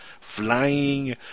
flying